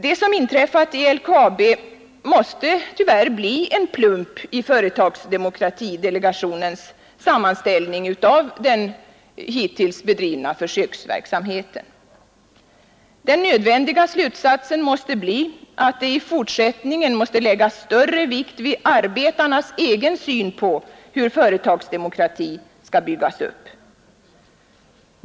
Det som inträffat i LKAB måste tyvärr bli en plump i företagsdemokratidelegationens sammanställning av den hittills bedrivna försöksverksamheten. Den nödvändiga slutsatsen blir att det i fortsättningen måste läggas större vikt vid arbetarnas egen syn på hur företagsdemokratin skall byggas upp.